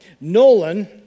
Nolan